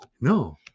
No